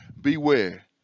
Beware